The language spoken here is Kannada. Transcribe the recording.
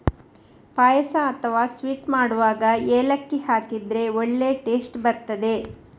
ಪಾಯಸ ಅಥವಾ ಸ್ವೀಟ್ ಮಾಡುವಾಗ ಏಲಕ್ಕಿ ಹಾಕಿದ್ರೆ ಒಳ್ಳೇ ಟೇಸ್ಟ್ ಬರ್ತದೆ